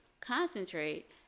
concentrate